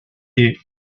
est